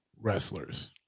Wrestlers